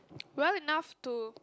well enough to